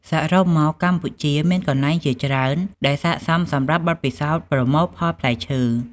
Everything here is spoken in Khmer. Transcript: សរុបមក កម្ពុជាមានកន្លែងជាច្រើនដែលស័ក្តិសមសម្រាប់បទពិសោធន៍ប្រមូលផលផ្លែឈើ។